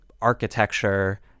architecture